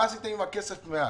מה עשיתם עם הכסף מאז?